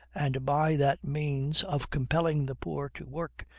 and by that means of compelling the poor to work,